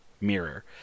mirror